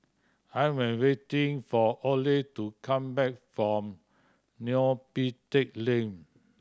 I am waiting for Orley to come back from Neo Pee Teck Lane